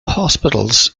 hospitals